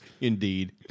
Indeed